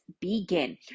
begin